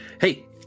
Hey